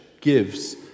gives